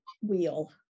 wheel